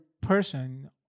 person